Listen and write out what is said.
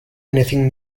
anything